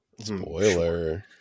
spoiler